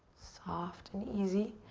soft and easy.